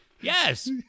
Yes